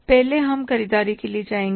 पहले हम ख़रीददारी के लिए जाएंगे